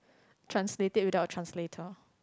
translate it without a translator